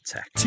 Tech